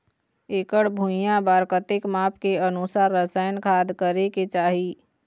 एकड़ भुइयां बार कतेक माप के अनुसार रसायन खाद करें के चाही?